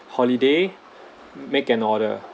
holiday make an order